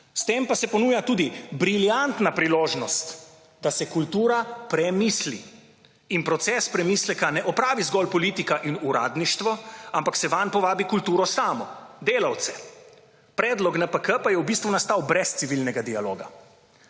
S tem pa se ponuja tudi briljantna priložnost, da es kultura premisli in proces premisleka ne opravi zgolj politika in uradništvo, ampak se vanj povabi kulturo samo – delavce. Predlog NPK pa je v bistvu nastal brez civilnega dialoga.